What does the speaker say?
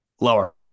Lower